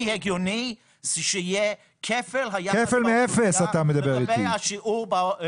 הגיוני זה שיהיה כפל --- אתה מדבר איתי על כפל מאפס.